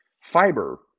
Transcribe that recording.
Fiber